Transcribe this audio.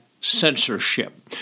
censorship